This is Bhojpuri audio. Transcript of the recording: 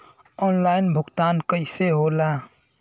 ऑनलाइन भुगतान कईसे होला?